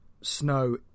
snow